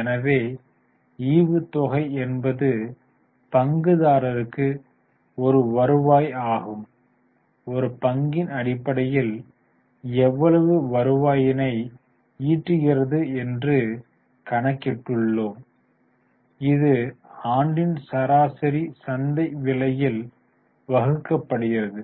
எனவே ஈவுத்தொகை என்பது பங்குதாரருக்கு ஒரு வருவாய் ஆகும் ஒரு பங்கின் அடிப்படையில் எவ்வளவு வருவாயினை ஈட்டுகிறது என்று கணக்கிட்டுள்ளோம் இது ஆண்டின் சராசரி சந்தை விலையில் வகுக்கப்படுகிறது